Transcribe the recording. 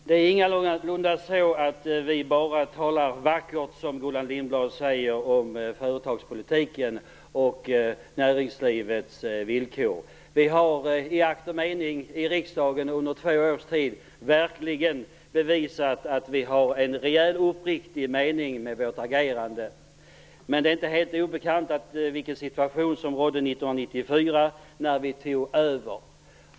Herr talman! Det är ingalunda så att vi, som Gullan Lindblad säger, bara talar vackert om företagspolitiken och näringslivets villkor. Vi har i akt och mening i riksdagen under två års tid verkligen bevisat att vi har en rejäl och uppriktig mening med vårt agerande. Det är väl emellertid inte helt obekant vilken situation som rådde 1994, när vi tog över.